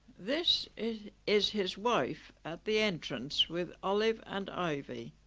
this is is his wife at the entrance with olive and ivy